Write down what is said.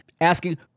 asking